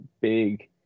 big